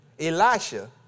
Elisha